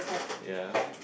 ya